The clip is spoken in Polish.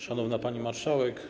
Szanowna Pani Marszałek!